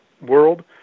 world